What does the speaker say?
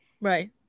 right